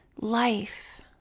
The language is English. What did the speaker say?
Life